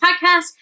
Podcast